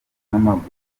n’amaguru